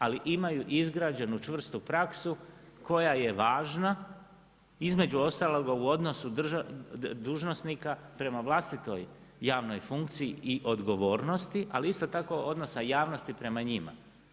Ali imaju izgrađenu čvrstu praksu koja je važna, između ostaloga u odnosu dužnosnika prema vlastitoj javnoj funkciji i odgovornosti, ali isto tako odnosa javnosti prema njima.